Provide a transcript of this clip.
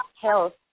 Health